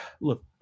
look